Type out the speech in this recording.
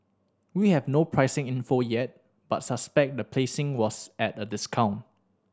we have no pricing info yet but suspect the placing was at a discount